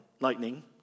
lightning